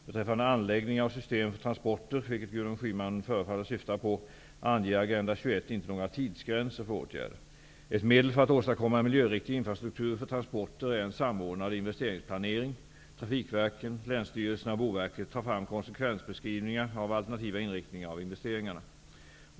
Beträffande anläggningar och system för transporter, vilket Gudrun Schyman förefaller syfta på, anges i Agenda 21 inte några tidsgränser för åtgärder. Ett medel för att åstadkomma en miljöriktig infrastruktur för transporter är en samordnad investeringsplanering. Trafikverken, länsstyrelserna och Boverket tar fram konsekvensbeskrivningar av alternativa inriktningar av investeringarna.